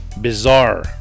bizarre